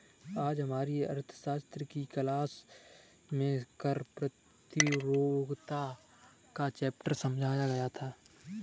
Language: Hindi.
आज हमारी अर्थशास्त्र की क्लास में कर प्रतियोगिता का चैप्टर समझाया गया था